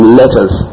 letters